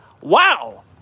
Wow